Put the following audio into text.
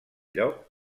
lloc